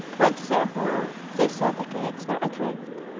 when to their horror they saw the kayaks were adrift.